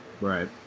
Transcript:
Right